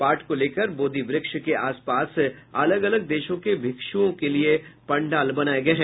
पाठ को लेकर बोधिवक्ष के आसपास अलग अलग देशों के मिक्षुओं के लिए पंडाल बनाए गए है